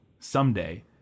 Someday